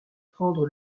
prendre